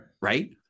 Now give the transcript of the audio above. right